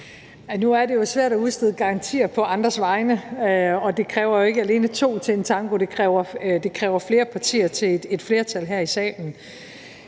Nu er det jo svært at udstede garantier på andres vegne, og det kræver ikke alene to til en tango, det kræver flere partier til et flertal her i salen.